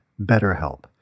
BetterHelp